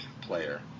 player